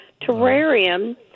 terrarium